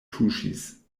tuŝis